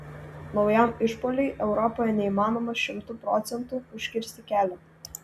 naujam išpuoliui europoje neįmanoma šimtu procentų užkirsti kelio